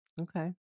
okay